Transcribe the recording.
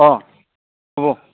অঁ হ'ব